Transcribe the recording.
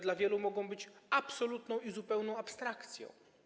Dla wielu mogą być one absolutną i zupełną abstrakcją.